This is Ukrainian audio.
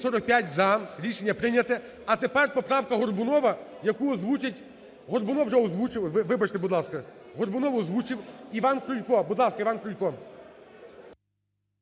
За-245 Рішення прийнято. А тепер поправка Горбунова, яку озвучить… Горбунов вже озвучив, вибачте, будь ласка. Горбунов озвучив. Іван Крулько, будь ласка. Іван Крулько.